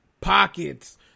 pockets